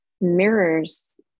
mirrors